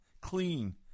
clean